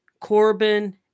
Corbin